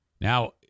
Now